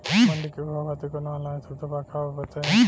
मंडी के भाव खातिर कवनो ऑनलाइन सुविधा बा का बताई?